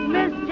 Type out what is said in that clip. Miss